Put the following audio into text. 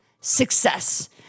success